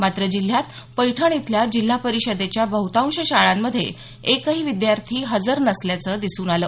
मात्र जिल्ह्यात पैठण इथल्या जिल्हापरिषदेच्या बहतांश शाळांमध्ये एक ही विद्यार्थी हजर नसल्याचं दिसून आलं